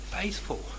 faithful